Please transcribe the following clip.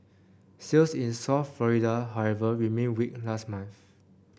sales in South Florida however remained weak last month